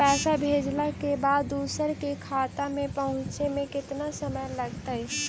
पैसा भेजला के बाद दुसर के खाता में पहुँचे में केतना समय लगतइ?